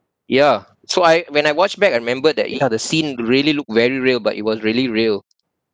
ya so I when I watch back I remember that ya the scene really look very real but it was really real